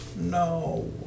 no